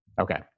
Okay